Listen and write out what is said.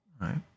right